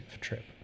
trip